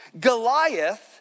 Goliath